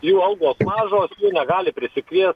jų algos mažos negali prisikviest